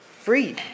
free